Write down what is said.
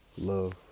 love